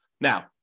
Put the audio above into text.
Now